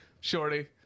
Shorty